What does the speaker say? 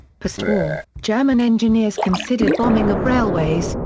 postwar, german engineers considered bombing of railways,